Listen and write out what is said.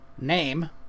name